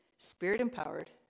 Spirit-empowered